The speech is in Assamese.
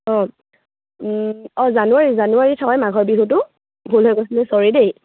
অঁ অঁ জানুৱাৰী জানুৱাৰীত হয় মাঘৰ বিহুটো ভুল হৈ গৈছিলে চৰি দেই